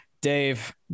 Dave